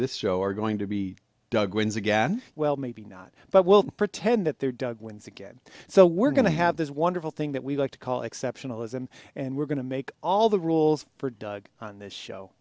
this show are going to be dug wins again well maybe not but we'll pretend that they're dug wins again so we're going to have this wonderful thing that we like to call exceptionalism and we're going to make all the rules for doug on this show